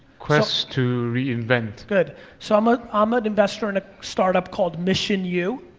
quest to reinvent. good. so, i'm ah um an investor in a startup called missionu,